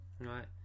Right